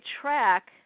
track